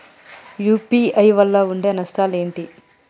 UPI వల్ల ఉండే నష్టాలు ఏంటి??